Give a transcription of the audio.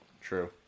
true